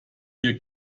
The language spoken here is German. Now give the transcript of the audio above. wir